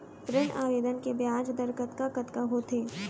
ऋण आवेदन के ब्याज दर कतका कतका होथे?